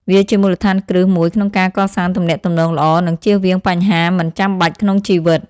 វាជាមូលដ្ឋានគ្រឹះមួយក្នុងការកសាងទំនាក់ទំនងល្អ និងជៀសវាងបញ្ហាមិនចាំបាច់ក្នុងជីវិត។